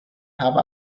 have